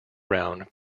round